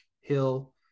Hill